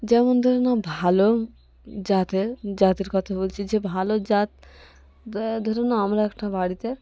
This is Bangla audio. যেমন ধরে নাও ভালো জাতের জাতের কথা বলছি যে ভালো জাত ধরে নাও আমরা একটা বাড়িতে